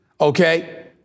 okay